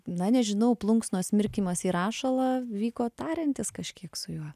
na nežinau plunksnos mirkymas į rašalą vyko tariantis kažkiek su juo